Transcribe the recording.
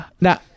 now